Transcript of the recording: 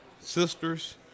sisters